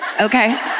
Okay